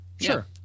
sure